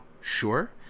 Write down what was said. sure